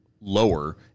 lower